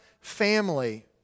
family